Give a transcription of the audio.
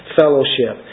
fellowship